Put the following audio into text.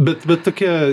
bet bet tokia